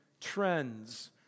trends